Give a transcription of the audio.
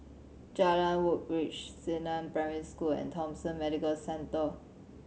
Jalan Woodbridge Xingnan Primary School and Thomson Medical Centre